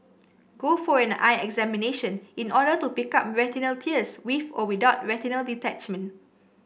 go for an eye examination in order to pick up retinal tears with or without retinal detachment